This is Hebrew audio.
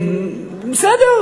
בסדר,